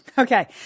Okay